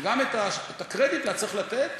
שגם את הקרדיט לה צריך לתת,